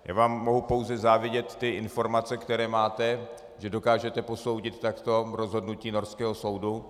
Já vám mohu pouze závidět ty informace, které máte, že dokážete takto posoudit rozhodnutí norského soudu.